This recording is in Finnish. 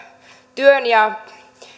työn